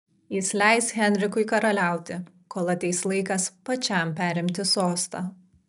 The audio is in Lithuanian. jis leis henrikui karaliauti kol ateis laikas pačiam perimti sostą